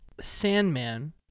Sandman